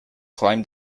climb